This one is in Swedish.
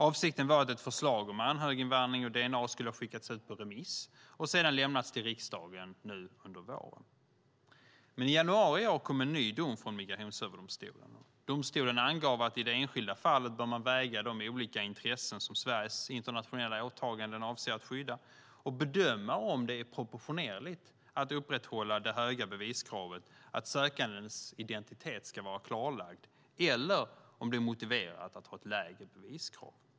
Avsikten var att ett förslag om anhöriginvandring och dna skulle ha skickats ut på remiss och sedan lämnats till riksdagen nu under våren. Men i januari i år kom en ny dom från Migrationsöverdomstolen. Domstolen angav att i det enskilda fallet bör man väga de olika intressen som Sveriges internationella åtaganden avser att skydda och bedöma om det är proportionerligt att upprätthålla det höga beviskravet att den sökandes identitet ska vara klarlagd eller om det är motiverat att ha ett lägre beviskrav.